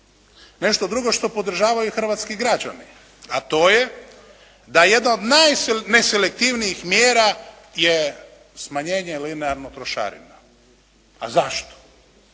nešto drugo što podržavaju hrvatski građani a to je da jedna od najneselektivnijih mjera je smanjenje linearno trošarina. A zašto?